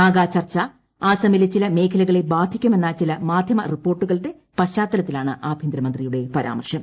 നാഗാ ചർച്ച ആസമിലെ ചില മേഖലകളെ ബാധിക്കുമെന്ന ചില മാധ്യമ റിപ്പോർട്ടുകളുടെ പശ്ചാത്തലത്തിലാണ് ആഭ്യന്തരമന്ത്രിയുടെ പരാമർശം